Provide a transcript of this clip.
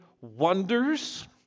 wonders